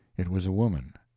it was a woman.